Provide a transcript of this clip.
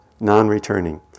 non-returning